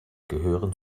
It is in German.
gehören